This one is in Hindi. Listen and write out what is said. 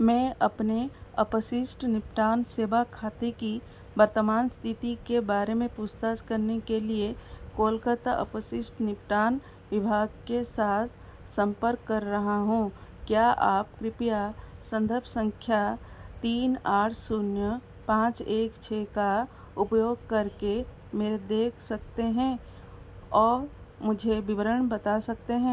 मैं अपने अपशिष्ट निपटान सेवा खाते की वर्तमान इस्थिति के बारे में पूछताछ करने के लिए कोलकाता अपशिष्ट निपटान विभाग के साथ सम्पर्क कर रहा हूँ क्या आप कृपया सन्दर्भ सँख्या तीन आठ शून्य पाँच एक छह का उपयोग करके मेरे देख सकते हैं और मुझे विवरण बता सकते हैं